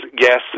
Yes